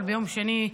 אבל ביום שני,